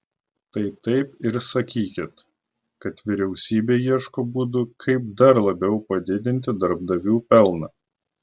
tai taip ir sakykit kad vyriausybė ieško būdų kaip dar labiau padidinti darbdavių pelną